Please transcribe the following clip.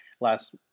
last